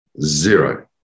Zero